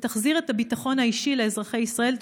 ותחזיר את הביטחון האישי לאזרחי ישראל.